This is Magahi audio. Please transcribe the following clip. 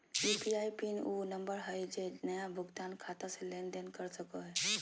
यू.पी.आई पिन उ नंबर हइ जे नया भुगतान खाता से लेन देन कर सको हइ